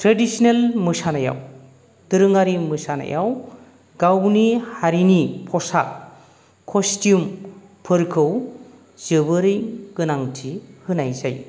traditional मोसानायाव दोरोङारि मोसानायाव गावनि हारिनि पसाक कस्टिउम फोरखौ जोबोरै गोनांथि होनाय जायो